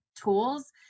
tools